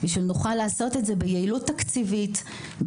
שנוכל לעשות את זה ביעילות תקציבית,